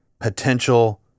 potential